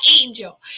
Angel